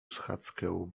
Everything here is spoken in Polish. schadzkę